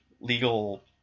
legal